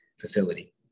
facility